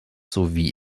sowie